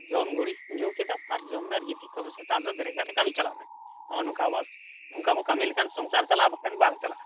ᱡᱚᱢ ᱜᱷᱩᱲᱤᱡ ᱧᱩ ᱠᱮᱫᱟᱢ ᱟᱨ ᱡᱚᱢ ᱢᱮ ᱟᱨ ᱜᱤᱛᱤᱡ ᱠᱟᱹᱢᱤ ᱥᱮᱛᱟᱜ ᱫᱚ ᱵᱮᱨᱮᱫ ᱠᱟᱛᱮᱜ ᱠᱟᱹᱢᱤ ᱪᱟᱞᱟᱜ ᱢᱮ ᱱᱚᱜᱼᱚ ᱱᱚᱝᱠᱟ ᱵᱟ ᱱᱚᱝᱠᱟ ᱵᱚ ᱠᱟᱹᱢᱤ ᱞᱮᱠᱷᱟᱱ ᱥᱚᱝᱥᱟᱨ ᱪᱟᱞᱟᱜᱼᱟ ᱵᱟᱝᱠᱷᱟᱱ ᱵᱟᱝ ᱪᱟᱞᱟᱜᱼᱟ